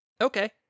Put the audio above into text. Okay